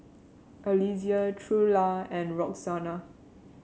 Eliezer Trula and Roxana